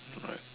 right